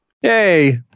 Hey